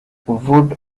wood